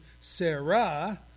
Sarah